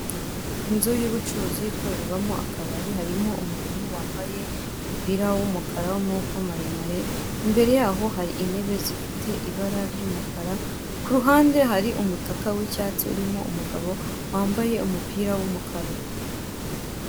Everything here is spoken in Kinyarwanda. Inzu y'ubucuruzi ikorerwamo akabari, harimo umuntu wambaye umupira w'umukara w'amaboko maremare, imbere yaho hari intebe zifite ibara ry'umukara, ku ruhande hari umutaka w'icyatsi urimo umugabo wambaye umupira w'umukara.